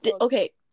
Okay